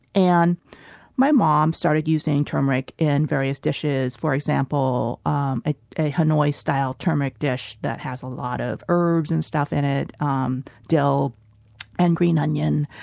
and my mom started using turmeric in various dishes, for example um ah a hanoi-style turmeric dish that had a lot of herbs and stuff in it um dill and green onion.